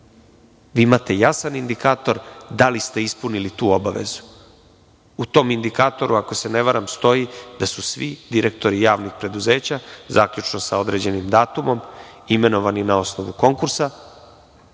Imate jasan indikator da li ste ispunili tu obavezu. U tom indikatoru, ako se ne varam, stoji da su svi direktori javnih preduzeća, zaključno sa određenim datumom imenovani na osnovu konkursa